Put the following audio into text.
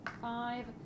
five